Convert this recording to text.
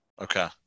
Okay